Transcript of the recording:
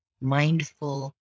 mindful